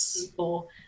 people